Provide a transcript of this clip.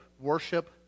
worship